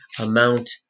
amount